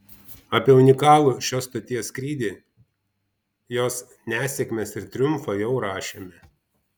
apie unikalų šios stoties skrydį jos nesėkmes ir triumfą jau rašėme